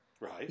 Right